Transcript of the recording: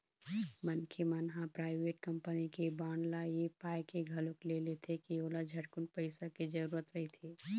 मनखे मन ह पराइवेट कंपनी के बांड ल ऐ पाय के घलोक ले लेथे के ओला झटकुन पइसा के जरूरत रहिथे